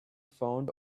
found